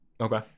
okay